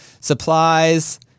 supplies